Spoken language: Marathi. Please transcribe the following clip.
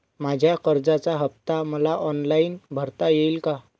माझ्या कर्जाचा हफ्ता मला ऑनलाईन भरता येईल का?